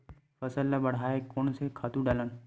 फसल ल बढ़ाय कोन से खातु डालन?